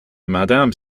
madame